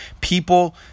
People